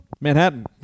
Manhattan